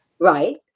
Right